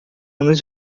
anos